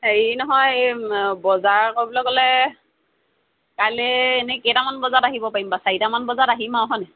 হেৰি নহয় এই বজাৰ কৰিবলৈ গ'লে কাইলৈ এনেই কেইটামান বজাত আহিব পাৰিম বাৰু চাৰিটামান বজাত আহিম আৰু হয়নে